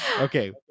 okay